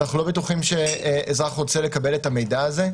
אנחנו לא בטוחים שאזרח רוצה לקבל את המידע הזה.